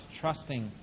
trusting